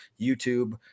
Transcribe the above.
YouTube